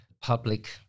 public